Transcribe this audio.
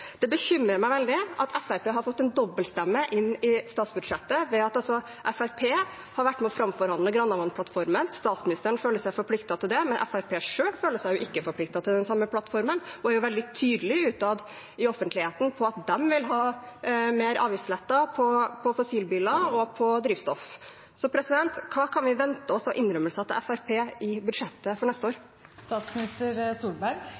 Det bekymrer meg veldig at Fremskrittspartiet har fått en dobbeltstemme inn i statsbudsjettet ved at Fremskrittspartiet har vært med på å framforhandle Granavolden-plattformen. Statsministeren føler seg forpliktet til den, men Fremskrittspartiet selv føler seg jo ikke forpliktet til den samme plattformen og er veldig tydelig utad i offentligheten på at de vil ha flere avgiftsletter på fossilbiler og på drivstoff. Hva kan vi vente oss av innrømmelser til Fremskrittspartiet i budsjettet for neste